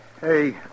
Hey